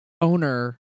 owner